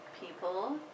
people